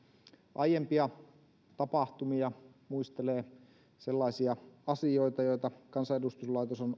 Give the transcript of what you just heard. aiempia tapahtumia muistelee sellaisia asioita joita kansanedustuslaitos on